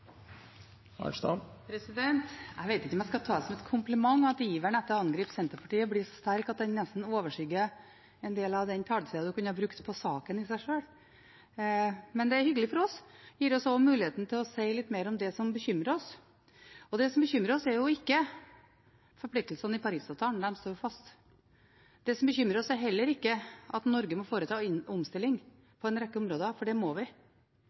debatten. Jeg vet ikke om jeg skal ta det som en kompliment at iveren etter å angripe Senterpartiet blir så sterk at det nesten overskygger en del av den taletida en kunne brukt på saken i seg sjøl. Men det er hyggelig for oss, det gir oss også muligheten til å si litt mer om det som bekymrer oss. Det som bekymrer oss, er ikke forpliktelsene i Parisavtalen – de står fast. Det bekymrer oss heller ikke at Norge må foreta omstilling på en rekke områder, for det må vi.